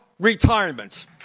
Retirements